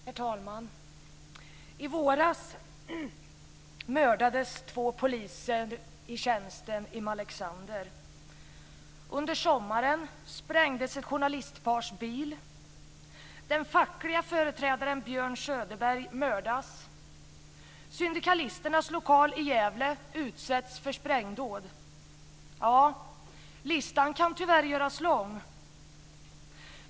Herr talman! I våras mördades två poliser i tjänst i Malexander. Under sommaren sprängdes ett journalistpars bil. Den fackliga företrädaren Björn Söderberg har mördats. Syndikalisternas lokal i Gävle utsattes för sprängdåd. Ja, listan kan tyvärr göras lång.